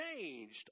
changed